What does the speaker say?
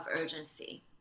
urgency